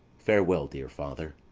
farewell, dear father.